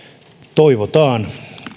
toivotaan